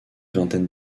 vingtaine